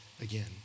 again